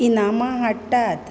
इनामां हाडटात